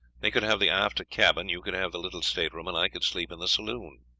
they could have the after cabin, you could have the little stateroom, and i could sleep in the saloon.